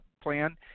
plan